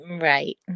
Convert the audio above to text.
Right